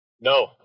No